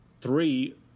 three